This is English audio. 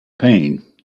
pain